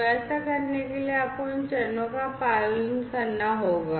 तो ऐसा करने के लिए आपको इन चरणों का पालन करना होगा